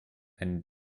einen